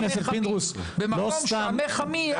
במקום שעמך עמי,